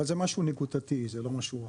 אבל זה משהו נקודתי, זה לא משהו רחב.